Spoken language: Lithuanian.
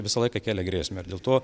visą laiką kėlia grėsmę ir dėl to